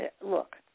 look